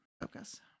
focus